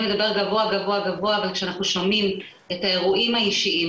לדבר גבוהה גבוהה אבל כשאנחנו שומעים את האירועים האישיים,